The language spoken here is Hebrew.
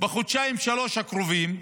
בחודשיים-שלושה הקרובים,